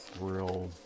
real